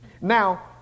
Now